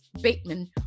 Bateman